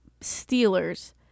steelers